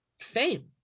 fame